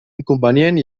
inconvenient